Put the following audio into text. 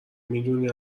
میدونی